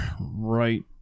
right